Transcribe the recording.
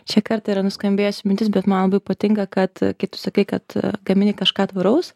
čia kartą yra nuskambėjusi mintis bet man labai patinka kad kai tu sakai kad gamini kažką tvaraus